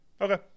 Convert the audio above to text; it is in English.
Okay